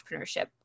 entrepreneurship